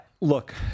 Look